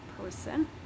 person